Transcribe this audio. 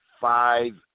Five